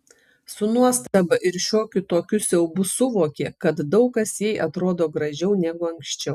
su nuostaba ir šiokiu tokiu siaubu suvokė kad daug kas jai atrodo gražiau negu anksčiau